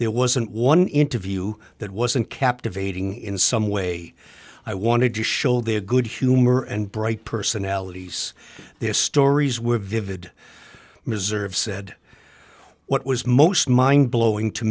there wasn't one interview that wasn't captivating in some way i wanted to show their good humor and bright personalities their stories were vivid missouri of said what was most mind blowing to